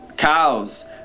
cows